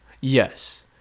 yes